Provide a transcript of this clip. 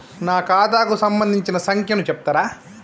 నా ఖాతా కు సంబంధించిన సంఖ్య ను చెప్తరా?